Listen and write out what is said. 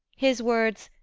his words,